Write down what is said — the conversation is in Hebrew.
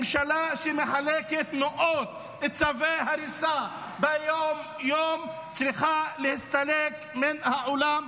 ממשלה שמחלקת מאות צווי הריסה יום-יום צריכה להסתלק מן העולם,